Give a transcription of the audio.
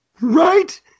Right